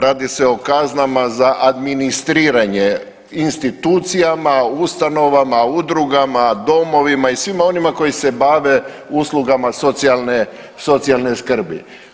Radi se o kaznama za administriranje institucijama, ustanovama, udrugama, domovima i svima onima koji se bave uslugama socijalne skrbi.